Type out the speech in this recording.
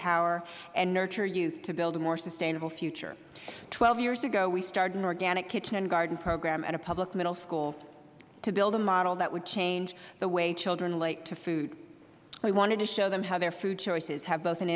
empower and nurture youth to build a more sustainable future twelve years ago we started an organic kitchen and garden program at a public middle school to build a model that would change the way children relate to food we wanted to show them how their food choices have both an